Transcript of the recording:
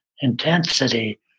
Intensity